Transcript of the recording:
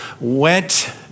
went